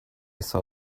saw